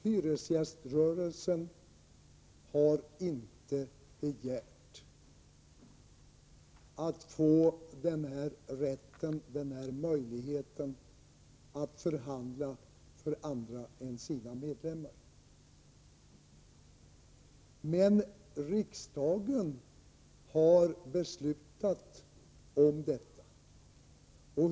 Hyresgäströrelsen har inte begärt att få rätt att förhandla för andra än för sina medlemmar. Riksdagen har beslutat om detta.